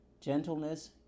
Gentleness